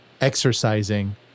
exercising